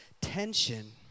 tension